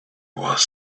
was